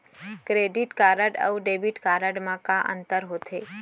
Credit card अऊ debit card मा का अंतर होथे?